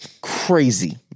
Crazy